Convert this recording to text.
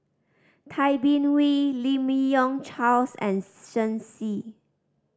Tay Bin Wee Lim Yi Yong Charles and Shen Xi